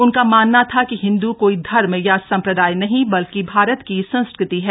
उनका मानना था कि हिन्दू कोई धर्म या सम्प्रदाय नहीं बल्कि भारत की संस्कृति है